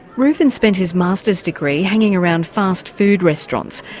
reuven spent his master's degree hanging around fast food restaurants,